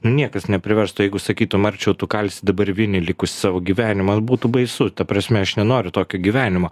nu niekas nepriverstų jeigu sakytų marčiau tu kalsi dabar vinį likusį savo gyvenimą man būtų baisu ta prasme aš nenoriu tokio gyvenimo